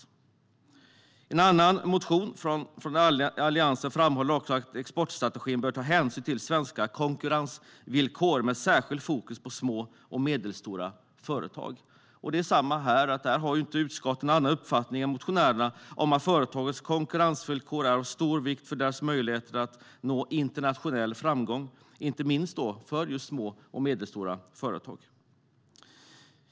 I en annan reservation från Alliansen framhålls att exportstrategin bör ta hänsyn till svenska konkurrensvillkor med särskilt fokus på små och medelstora företag. Utskottet har här ingen annan uppfattning. Företagens konkurrensvillkor är av stor vikt för deras möjlighet att nå internationell framgång. Inte minst gäller det just små och medelstora företag.